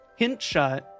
Hintshot